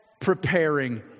preparing